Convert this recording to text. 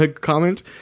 comment